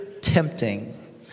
tempting